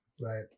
Right